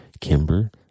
Kimber